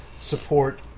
support